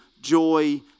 joy